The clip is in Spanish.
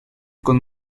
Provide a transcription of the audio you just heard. con